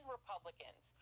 Republicans